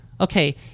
Okay